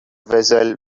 vessel